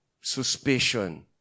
suspicion